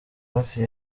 hafi